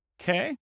Okay